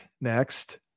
next